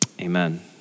amen